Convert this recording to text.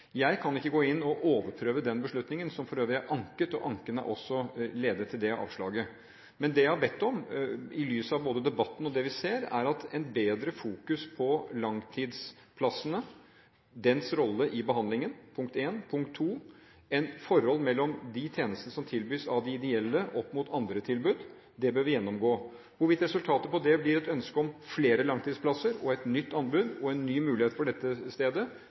Jeg kan ikke gå inn og overprøve den beslutningen, som for øvrig er anket, og anken har også ledet til det avslaget. Men det jeg har bedt om, i lys av både debatten og det vi ser, er et bedre fokus på punkt én, langtidsplassene og deres rolle i behandlingen, og punkt to, forholdet mellom de tjenestene som tilbys av de ideelle, opp mot andre tilbud. Det bør vi gjennomgå. Hvorvidt resultatet av det blir et ønske om flere langtidsplasser og et nytt anbud og en ny mulighet for dette stedet,